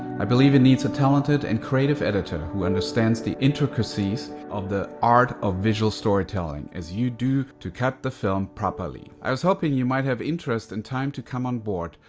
i believe it needs a talented and creative editor who understands the intricacies of the art of visual storytelling, as you do, to cut the film properly. i was hoping you might have interest and time to come on board,